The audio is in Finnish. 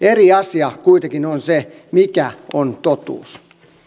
eri asia kuitenkin on se mikä on totuus